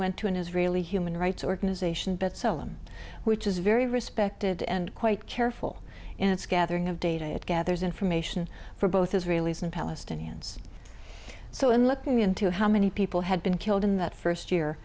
went to an israeli human rights organization but selim which is very respected and quite careful in its gathering of data it gathers information for both israelis and palestinians so in looking into how many people had been killed in that first year